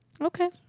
Okay